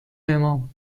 امام